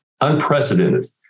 unprecedented